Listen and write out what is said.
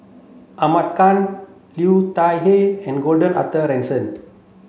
Ahmad Khan Liu Thai Ker and Gordon Arthur Ransome